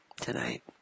tonight